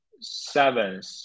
seventh